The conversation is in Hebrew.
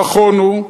נכון הוא,